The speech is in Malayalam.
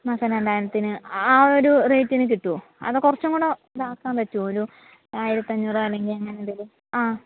മാസം രണ്ടായിരത്തിന് ആ ഒരു റേറ്റിന് കിട്ടുമോ അതോ കുറച്ചും കൂടെ ഇതാക്കാൻ പറ്റുമോ ഒരു ആയിരത്തി അഞ്ഞൂറ് അല്ലെങ്കിൽ അങ്ങനെ എന്തെങ്കിലും ആ